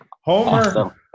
Homer